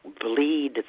bleed